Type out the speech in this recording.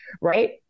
right